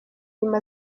nyuma